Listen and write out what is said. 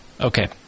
okay